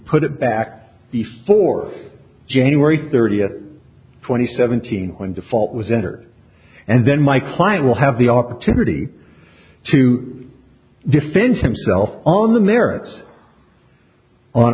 put it back before january thirtieth twenty seventeen when the fault was in her and then my client will have the opportunity to defend himself on the merits on